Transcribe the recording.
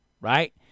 Right